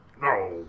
no